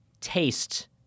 taste